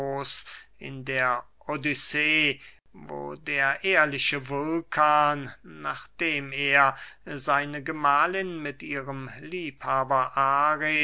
in der odyssee wo der ehrliche vulkan nachdem er seine gemahlin mit ihrem liebhaber